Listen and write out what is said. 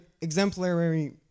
exemplary